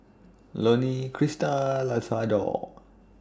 Loney Crista Isadore